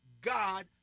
God